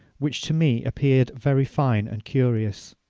which to me appeared very fine and curious.